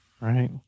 Right